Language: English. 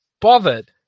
bothered